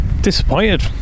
Disappointed